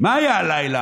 מה היה הלילה?